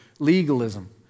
legalism